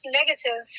negative